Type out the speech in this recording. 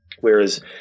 Whereas